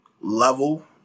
level